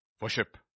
Worship